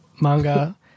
manga